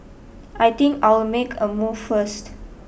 I think I'll make a move first